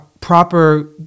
proper